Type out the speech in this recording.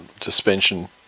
suspension